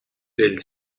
del